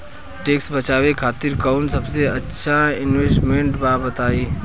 Tax बचावे खातिर कऊन सबसे अच्छा इन्वेस्टमेंट बा बताई?